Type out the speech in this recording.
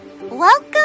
welcome